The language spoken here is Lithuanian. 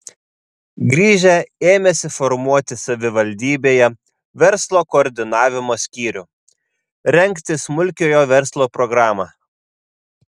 grįžę ėmėsi formuoti savivaldybėje verslo koordinavimo skyrių rengti smulkiojo verslo programą